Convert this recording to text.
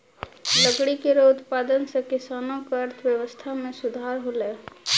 लकड़ी केरो उत्पादन सें किसानो क अर्थव्यवस्था में सुधार हौलय